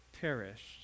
perished